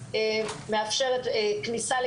כאשר במאמר מוסגר אני בא ושם את זה על השולחן,